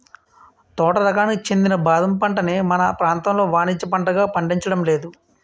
తోట రకానికి చెందిన బాదం పంటని మన ప్రాంతంలో వానిజ్య పంటగా పండించడం లేదు